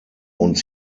uns